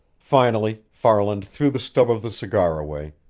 finally, farland threw the stub of the cigar away,